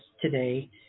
today